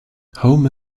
home